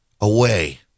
away